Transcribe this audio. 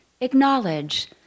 acknowledge